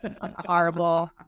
horrible